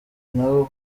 nabo